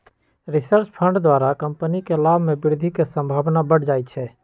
research fund द्वारा company के लाभ में वृद्धि के संभावना बढ़ जाइ छइ